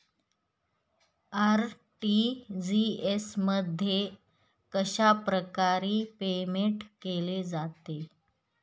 RTGS मध्ये कशाप्रकारे payment केले जाते?